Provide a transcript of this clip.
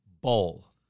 Bowl